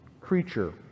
creature